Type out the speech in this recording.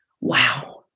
Wow